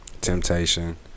Temptation